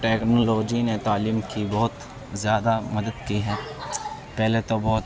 technology نے تعلیم کی بہت زیادہ مدد کی ہے پہلے تو بہت